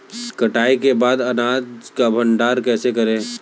कटाई के बाद अनाज का भंडारण कैसे करें?